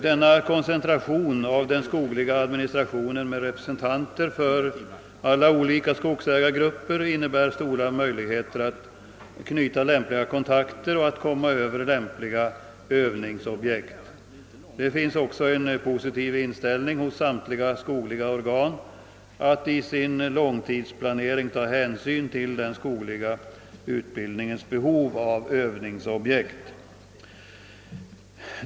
Denna koncentration av den skogliga administrationen med representanter för alla olika skogsägargrupper ger stora möjligheter att knyta lämpliga kontakter och att komma över lämpliga övningsobjekt. Det finns också en positiv inställning hos samtliga skogliga organ till att i sin långtidsplanering ta hänsyn till den skogliga utbildningens behov av övningsobjekt.